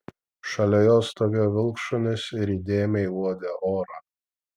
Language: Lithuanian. šalia jo stovėjo vilkšunis ir įdėmiai uodė orą